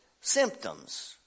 symptoms